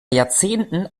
jahrzehnten